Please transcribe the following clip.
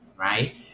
right